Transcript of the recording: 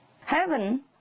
Heaven